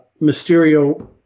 Mysterio